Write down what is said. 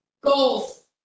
Goals